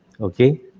okay